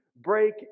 break